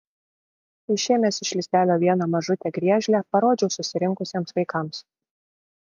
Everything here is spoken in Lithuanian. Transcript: išėmęs iš lizdelio vieną mažutę griežlę parodžiau susirinkusiems vaikams